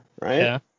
right